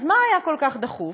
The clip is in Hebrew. אז מה היה כל כך דחוף?